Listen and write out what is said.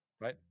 right